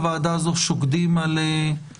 בוועדה הזאת אנחנו גם שוקדים על ביצור